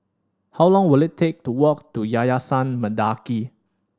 how long will it take to walk to Yayasan Mendaki